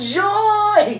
joy